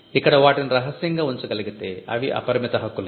ఇక్కడ వాటిని రహస్యంగా ఉంచగలిగితే అవి అపరిమిత హక్కులే